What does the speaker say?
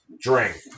drink